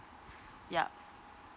yup